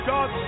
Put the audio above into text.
God